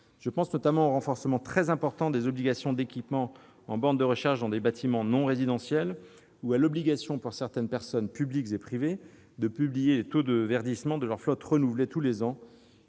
Je pense notamment au renforcement très important des obligations d'équipement en bornes de recharge dans les bâtiments non résidentiels ou à l'obligation pour certaines personnes publiques et privées de publier les taux de verdissement de leurs flottes renouvelées tous les ans,